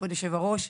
כבוד יושב-הראש,